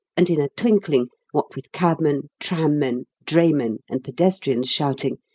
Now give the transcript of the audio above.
and in a twinkling, what with cabmen, tram-men, draymen, and pedestrians shouting,